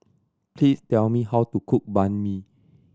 please tell me how to cook Banh Mi